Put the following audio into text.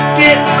get